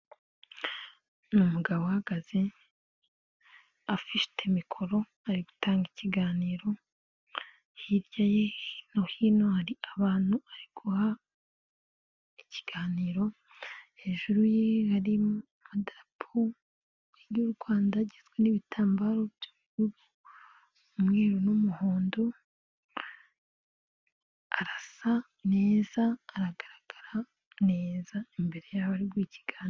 Ni umugabo uhagaze afite mikoro ari gutanga ikiganiro, hirya ye no hino hari abantu ari kubaha ikiganiro, hejuru ye hari idarapo ry'u Rwanda rigizwe n'ibitambaro by'ubururu, umweru n'umuhondo, arasa neza aragaragara neza imbere yabo ariguha ikiganiro.